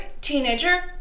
teenager